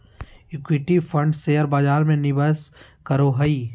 equity fund share बजार में निवेश करो हइ